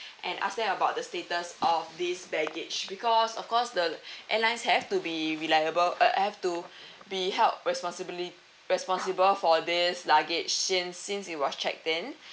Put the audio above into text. and ask them about the status of this baggage because of course the airlines have to be reliable uh have to be held responsibili~ responsible for this luggage since since you was checked in